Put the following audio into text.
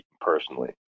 personally